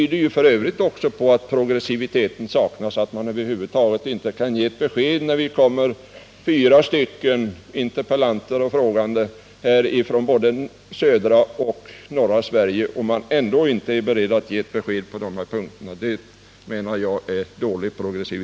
Det faktum att man inte är beredd att lämna ett besked när fyra interpellanter från både södra och norra Sverige begär det tyder f. ö. på att man inte är särskilt progressiv.